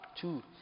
Two